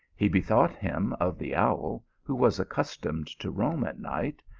he bethought him of the owl, who was accustomed to roam at night,